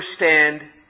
understand